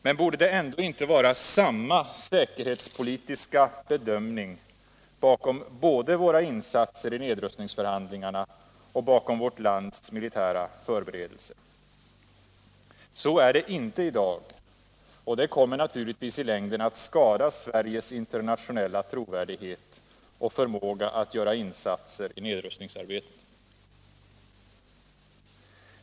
Men borde det ändå inte vara samma säkerhetspolitiska bedömning både bakom våra insatser i nedrustningsförhandlingarna och bakom vårt lands militära förberedelser? Så är det inte i dag, och det kommer naturligtvis i längden att skada Sveriges internationella trovärdighet och förmåga att göra insatser i nedrustningsarbetet.